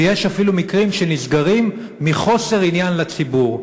ויש אפילו מקרים שנסגרים מחוסר עניין לציבור.